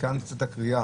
כאן יוצאת הקריאה: